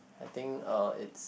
I think uh it's